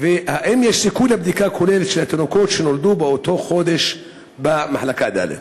4. האם יש סיכוי לבדיקה כוללת של התינוקות שנולדו באותו חודש במחלקה ד'?